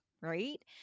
right